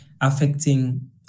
affecting